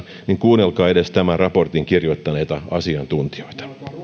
niin kuunnelkaa edes tämän raportin kirjoittaneita asiantuntijoita